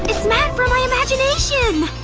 it's matt from my imagination!